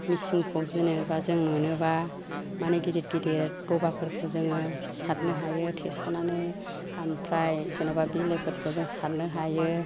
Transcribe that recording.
मिसिनखौ जेनोबा जों मोनोबा मानि गिदिर गिदिर दबाफोरखौ जोङो सारनो हायो थेस'नानै ओमफ्राय जेन'बा बिलोफोरखौबो सारनो हायो